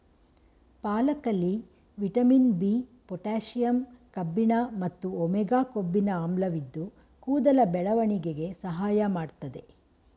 ಪಾಲಕಲ್ಲಿ vitamin B, potassium ಕಬ್ಬಿಣ ಮತ್ತು omega ಕೊಬ್ಬಿನ ಆಮ್ಲವಿದ್ದು ಕೂದಲ ಬೆಳವಣಿಗೆಗೆ ಸಹಾಯ ಮಾಡ್ತದೆ